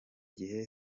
gihe